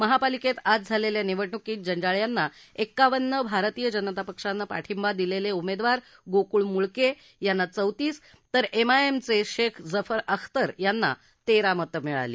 महापालिकेत आज झालेल्या निवडणुकीत जंजाळ यांना एक्कावन्न भारतीय जनता पक्षानं पाठिंबा दिलेले उमेदवार गोकुळ मुळके यांना चौतीस तर एम आय एमचे शेख जफर अख्तर यांना तेरा मतं मिळाली